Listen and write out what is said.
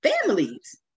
families